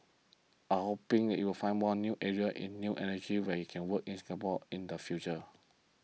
I'm hoping you will find more new areas in new energies we can what work in Singapore in the future